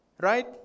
Right